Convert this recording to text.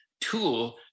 tool